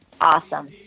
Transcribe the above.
awesome